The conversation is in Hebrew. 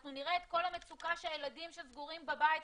אנחנו נראה את כל המצוקה של הילדים שסגורים בבית,